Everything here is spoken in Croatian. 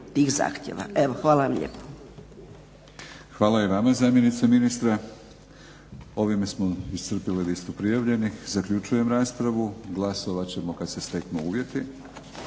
lijepa. **Batinić, Milorad (HNS)** Hvala i vama zamjenice ministra. Ovime smo iscrpili listu prijavljenih. Zaključujem raspravu. Glasovat ćemo kada se steknu uvjeti.